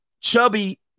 chubby